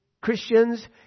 Christians